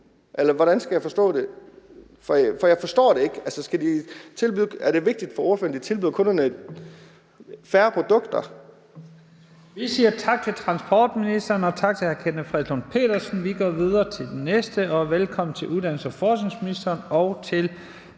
hvordan skal jeg forstå det? For jeg forstår det ikke. Altså, er det vigtigt for spørgeren, at de tilbyder kunderne færre produkter? Kl. 14:32 Første næstformand (Leif Lahn Jensen): Vi siger tak til transportministeren og tak til hr. Kenneth Fredslund Petersen. Vi går videre til de næste. Velkommen til uddannelses- og forskningsministeren og til